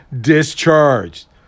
discharged